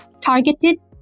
targeted